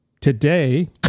today